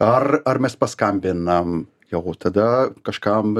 ar ar mes paskambinam jau tada kažkam